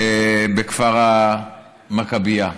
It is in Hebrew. בכפר המכבייה.